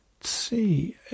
see